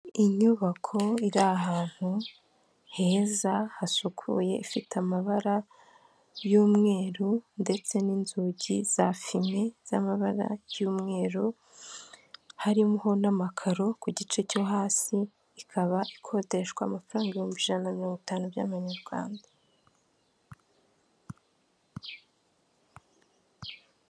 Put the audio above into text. Inyubako iri ahantu heza hasukuye ifite amabara y'umweru, ndetse n'inzugi za fime z'amabara y'umweru, harimo n'amakaro ku gice cyo hasi, ikaba ikodeshwa amafaranga ibihumbi ijana mirongo itanu by'amanyarwanda.